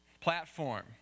platform